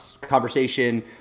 conversation